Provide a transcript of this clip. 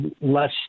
less